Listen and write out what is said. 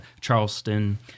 Charleston